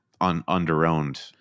under-owned